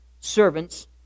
servants